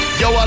yo